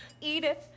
Edith